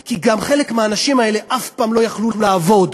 כי חלק מהאנשים האלה אף פעם לא היו יכולים לעבוד.